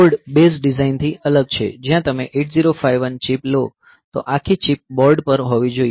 આ board base ડિઝાઇનથી અલગ છે જ્યાં તમે 8051 ચિપ લો તો આખી ચિપ બોર્ડ પર હોવી જોઈએ